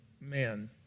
men